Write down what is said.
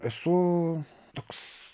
esu toks